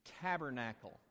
tabernacle